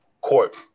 court